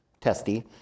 testy